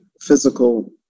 physical